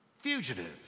Fugitive